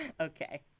okay